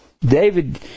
David